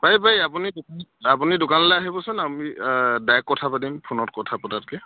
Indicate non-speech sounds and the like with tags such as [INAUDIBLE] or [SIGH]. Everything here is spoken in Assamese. পাৰি পাৰি আপুনি [UNINTELLIGIBLE] আপুনি দোকানলৈ আহিবচোন আমি ডাইৰেক্ট কথা পাতিম ফোনত কথা পতাতকৈ